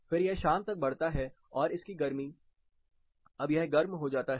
फिर यह शाम तक बढ़ता है और फिर इसकी गर्मी अब यह गर्म हो जाता है